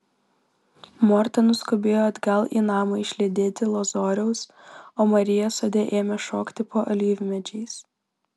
morta nuskubėjo atgal į namą išlydėti lozoriaus o marija sode ėmė šokti po alyvmedžiais